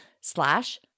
slash